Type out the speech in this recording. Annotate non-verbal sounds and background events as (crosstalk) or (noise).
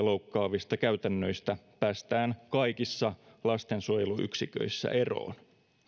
(unintelligible) loukkaavista käytännöistä päästään kaikissa lastensuojeluyksiköissä eroon